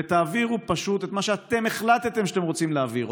ותעבירו פשוט את מה שאתם החלטתם שאתם רוצים להעביר,